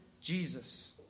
Jesus